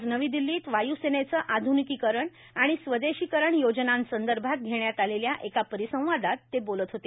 आज नवी दिल्लीत वायू सेनेचं आधुनिकीकरण आणि स्वदेशीकरण योजनांसंदर्भात घेण्यात आलेल्या एका परिसंवादात ते बोलत होते